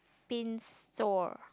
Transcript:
pin store